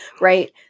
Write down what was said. right